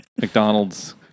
McDonald's